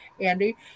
Andy